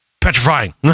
petrifying